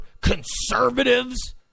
conservatives